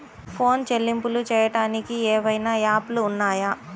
Phone చెల్లింపులు చెయ్యటానికి ఏవైనా యాప్లు ఉన్నాయా?